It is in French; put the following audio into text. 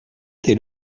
tes